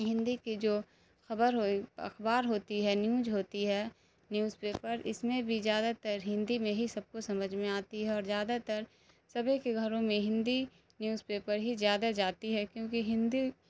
ہندی کی جو خبر اخبار ہوتی ہے نیوج ہوتی ہے نیوز پیپر اس میں بھی زیادہ تر ہندی میں ہی سب کو سمجھ میں آتی ہے اور زیادہ تر سبھی کے گھروں میں ہندی نیوز پیپر ہی زیادہ جاتی ہے کیونکہ ہندی